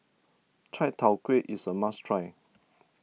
Chai Tow Kuay is a must try